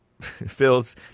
Phil's